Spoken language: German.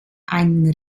einen